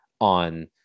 on